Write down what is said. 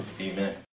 Amen